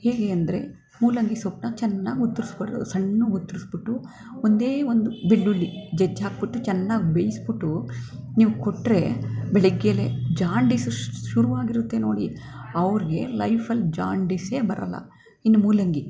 ಹೇಗೆ ಅಂದರೆ ಮೂಲಂಗಿ ಸೊಪ್ಪನ್ನ ಚೆನ್ನಾಗಿ ಉದುರ್ಸ್ಬಿಡು ಸಣ್ಣ ಉದ್ರಿಸ್ಬಿಟ್ಟು ಒಂದೇ ಒಂದು ಬೆಳ್ಳುಳ್ಳಿ ಜಜ್ಜಿ ಹಾಕಿಬಿಟ್ಟು ಚೆನ್ನಾಗಿ ಬೇಯಿಸ್ಬಿಟ್ಟು ನೀವು ಕೊಟ್ಟರೆ ಬೆಳಗ್ಗೆಲೇ ಜಾಂಡಿಸು ಶುರುವಾಗಿರುತ್ತೆ ನೋಡಿ ಅವ್ರಿಗೆ ಲೈಫಲ್ಲಿ ಜಾಂಡಿಸೇ ಬರೋಲ್ಲ ಇನ್ನು ಮೂಲಂಗಿ